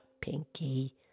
Pinky